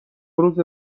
روزه